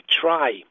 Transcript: try